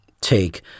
take